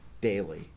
daily